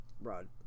Rod